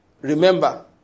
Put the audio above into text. Remember